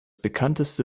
bekannteste